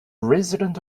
resident